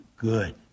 good